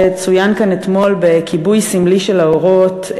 שצוין כאן אתמול בכיבוי סמלי של האורות,